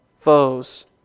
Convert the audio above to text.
foes